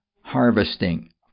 harvesting